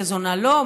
איזו זונה לא,